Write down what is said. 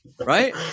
Right